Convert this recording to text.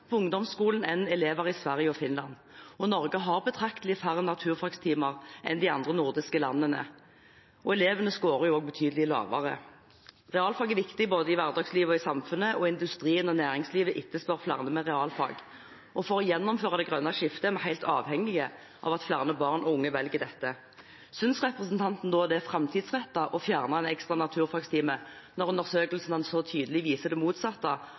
ungdomsskolen enn elever i Sverige og Finland. Norge har betraktelig færre naturfagtimer enn de andre nordiske landene, og elevene scorer også betydelig lavere. Realfag er viktig både i hverdagslivet og i samfunnet, og industrien og næringslivet etterspør flere med realfag. For å gjennomføre det grønne skiftet er vi helt avhengig av at flere barn og unge velger dette. Synes representanten da det er framtidsrettet å fjerne en ekstra naturfagtime, når undersøkelsene så tydelig viser det motsatte,